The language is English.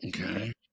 okay